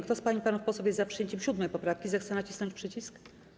Kto z pań i panów posłów jest za przyjęciem 7. poprawki, zechce nacisnąć przycisk.